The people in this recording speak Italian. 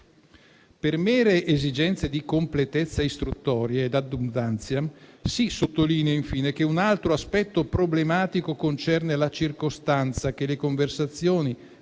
Per mere esigenze di completezza istruttoria, *ad abundantiam,* si sottolinea infine che un altro aspetto problematico concerne la circostanza che le conversazioni